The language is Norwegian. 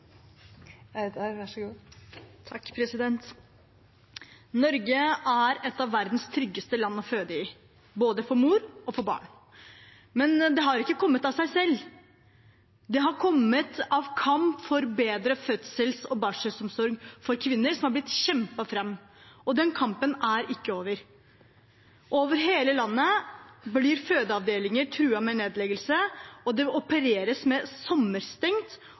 et av verdens tryggeste land å føde i, både for mor og for barn. Men det har ikke kommet av seg selv. Det har kommet av kamp for bedre fødsels- og barselomsorg for kvinner. Det har blitt kjempet fram, og den kampen er ikke over. Over hele landet blir fødeavdelinger truet med nedleggelse, det opereres med